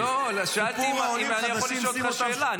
לא, שאלתי אם אני יכול לשאול אותך שאלה.